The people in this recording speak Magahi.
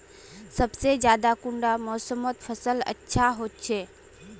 सबसे ज्यादा कुंडा मोसमोत फसल अच्छा होचे?